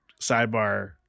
sidebar